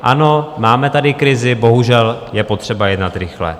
Ano, máme tady krizi, bohužel je potřeba jednat rychle.